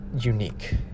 unique